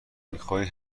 میخای